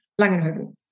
Langenhoven